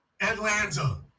Atlanta